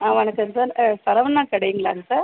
ஆ வணக்கம் சார் சரவணா கடைங்லாங்க சார்